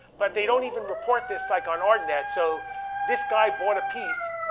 but they don't even report this like on artnet, so this guy bought a piece.